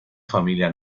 familia